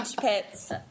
pits